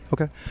Okay